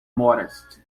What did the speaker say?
modest